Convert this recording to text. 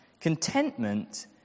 contentment